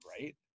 right